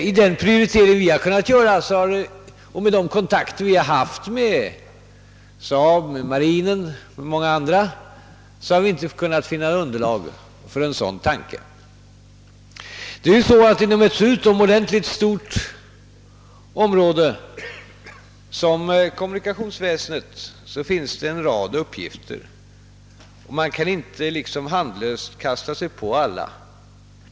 Vid den prioritering vi har kunnat göra och de kontakter vi har haft med SAAB, ma rinen och många andra, har vi inte kunnat finna underlag för en sådan tanke. Inom ett så utomordentligt stort område som :kommunikationsväsendet finns det en rad uppgifter. Man kan inte handlöst kasta sig på alla.